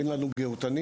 אין לנו גהותנים.